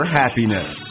happiness